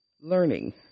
learning